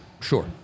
Sure